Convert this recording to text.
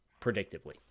predictively